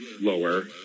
lower